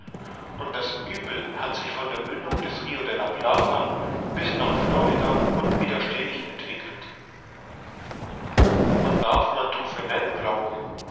und das uebel hat sich von der mündung des rio de la plata bis nach florida unwiderstehlich entwickelt und darf man touffenel glauben